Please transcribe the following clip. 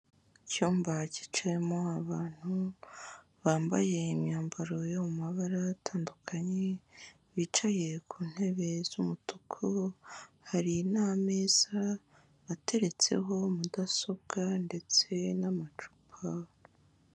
Icyumba cyicayemo abantu bambaye imyambaro yo mu mabara atandukanye, bicaye ku ntebe z'umutuku, hari n'ameza ateretseho mudasobwa ndetse n'amacupa.